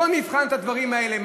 בואו נבחן את הדברים האלה,